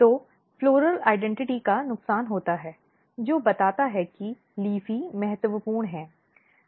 तो पुष्प पहचान का नुकसान होता है जो बताता है कि LEAFY महत्वपूर्ण है